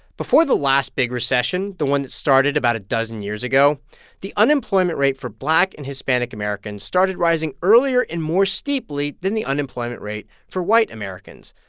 before the last big recession the one that started about a dozen years ago the unemployment rate for black and hispanic americans started rising earlier and more steeply than the unemployment rate for white americans.